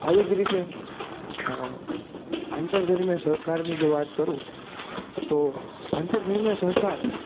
આવી જ રીતે આંતર ધર્મિય સહકારની જો વાત કરું તો આંતર ધર્મિય સહકાર